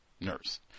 nurse